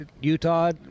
utah